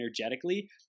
energetically